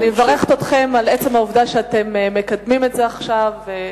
ואני מברכת אתכם על עצם העובדה שאתם מקדמים את זה עכשיו,